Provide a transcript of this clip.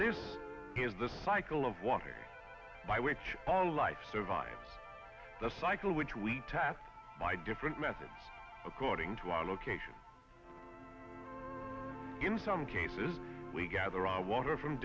this is the cycle of water by which all life survives a cycle which we tapped by different methods according to our location in some cases we gather our water from